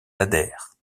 adhèrent